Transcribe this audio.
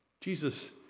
Jesus